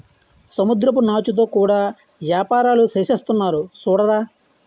సముద్రపు నాచుతో కూడా యేపారాలు సేసేస్తున్నారు సూడరా